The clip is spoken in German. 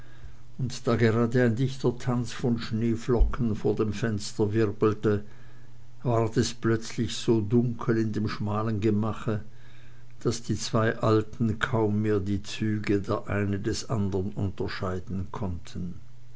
und da gerade ein dichter tanz von schneeflocken vor dem fenster wirbelte ward es plötzlich so dunkel in dem schmalen gemache daß die zwei alten kaum mehr die züge der eine des andern unterscheiden konnten